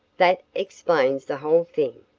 that explains the whole thing.